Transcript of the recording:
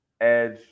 edge